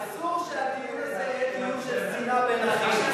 אסור שהדיון הזה יהיה דיון של שנאה בין אחים.